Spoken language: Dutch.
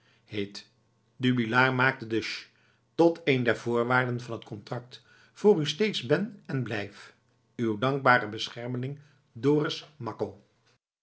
heet dubillard maakte de szch tot een der voorwaarden van het contract voor u steeds ben en blijf uw dankbare beschermeling dorus makko